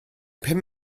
pum